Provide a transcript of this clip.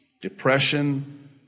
depression